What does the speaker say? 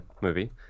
movie